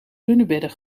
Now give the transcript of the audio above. hunebedden